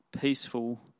peaceful